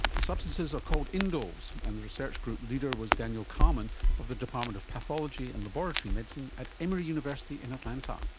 the substances are called indoles, and the research group leader was daniel kalman of the department of pathology and laboratory medicine at emory university in atlanta.